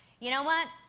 you know, what?